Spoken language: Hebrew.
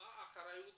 מהי אחריות